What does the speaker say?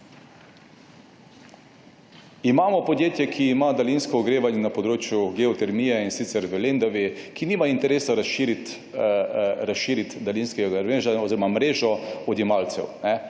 Imamo podjetje, ki ima daljinsko ogrevanje na področju geotermije, in sicer v Lendavi, ki nima interesa razširiti daljinskega ogrevanja oziroma mreže odjemalcev.